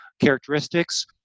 characteristics